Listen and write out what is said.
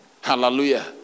hallelujah